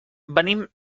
venim